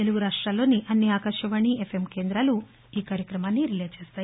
తెలుగు రాష్ట్రాల్లోనూ అన్ని ఆకాశవాణి ఎఫ్ఎం కేందాలు ఈ కార్యక్రమాన్ని రిలే చేస్తాయి